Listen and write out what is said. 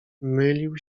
mylił